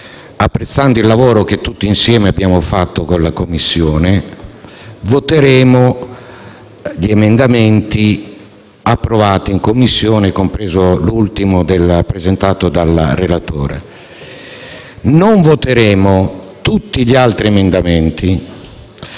Apprezzando il lavoro che tutti insieme abbiamo svolto in Commissione, voteremo gli emendamenti approvati in quella sede, compreso l'ultimo presentato dal relatore. Non voteremo tutti gli altri emendamenti